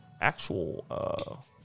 actual